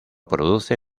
produce